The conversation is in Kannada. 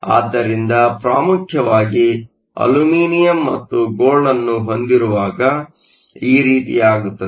ಆದ್ದರಿಂದ ಪ್ರಾಮುಖ್ಯವಾಗಿ ಅಲ್ಯೂಮಿನಿಯಂ ಮತ್ತು ಗೋಲ್ಡ್ ಅನ್ನು ಹೊಂದಿರುವಾಗ ಈ ರೀತಿಯಾಗುತ್ತದೆ